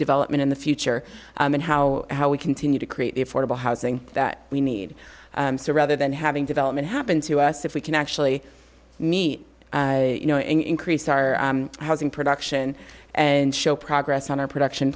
development in the future and how how we continue to create it for the housing that we need rather than having development happen to us if we can actually meet you know increase our housing production and show progress on our production